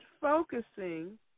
focusing